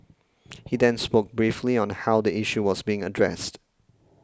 he then spoke briefly on how the issue was being addressed